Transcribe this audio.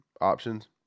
options